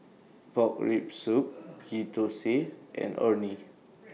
Pork Rib Soup Ghee Thosai and Orh Nee